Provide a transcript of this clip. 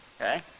okay